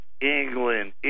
England